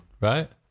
right